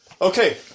Okay